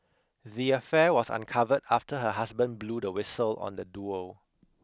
the affair was uncovered after her husband blew the whistle on the duo